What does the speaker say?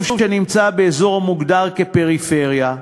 ובמצב הנוכחי,